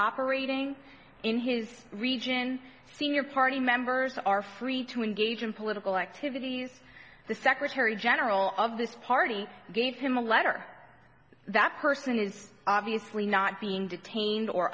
operating in his region senior party members are free to engage in political activities the secretary general of this party gave him a letter that person is obviously not being detained or